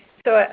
so,